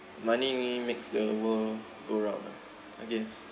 money makes the world go round ah okay